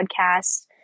podcast